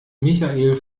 michael